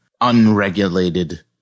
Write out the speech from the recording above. unregulated